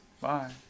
Bye